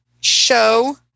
show